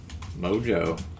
Mojo